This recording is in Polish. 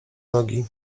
nogi